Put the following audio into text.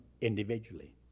individually